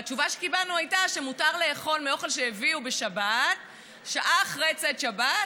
והתשובה שקיבלנו הייתה שמותר לאכול מאוכל שהביאו בשבת שעה אחרי צאת שבת,